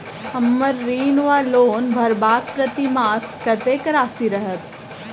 हम्मर ऋण वा लोन भरबाक प्रतिमास कत्तेक राशि रहत?